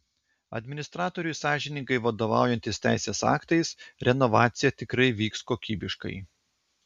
administratoriui sąžiningai vadovaujantis teisės aktais renovacija tikrai vyks kokybiškai